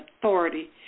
authority